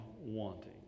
wanting